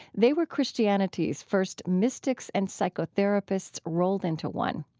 they were christianity's first mystics and psychotherapists rolled into one.